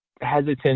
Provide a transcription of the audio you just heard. hesitant